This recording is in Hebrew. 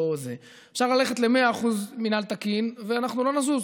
אפשר ללכת ל-100% מינהל תקין ואנחנו לא נזוז,